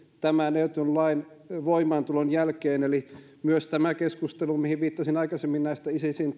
tämän ehdotetun lain voimaantulon jälkeen eli myös keskusteluun mihin viittasin aikaisemmin näistä isisin